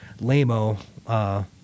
Lamo